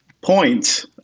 point